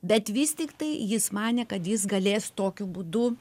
bet vis tiktai jis manė kad jis galės tokiu būdu